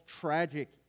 tragic